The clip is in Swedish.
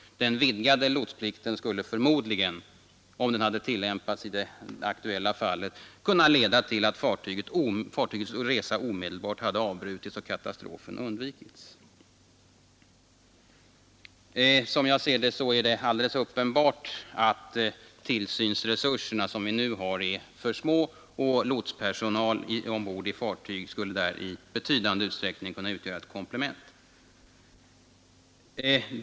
Den vidgade lotsplikten skulle förmodligen, om den hade tillämpats i det aktuella fallet, kunnat leda till att fartygets resa avbrutits och katastrofen sålunda undvikits. Som jag ser det är det alldeles uppenbart att de tillsynsresurser vi nu har är för små, och lotspersonal ombord i ett fartyg skulle där i betydande utsträckning utgöra ett komplement.